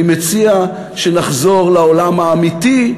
אני מציע שנחזור לעולם האמיתי,